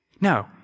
No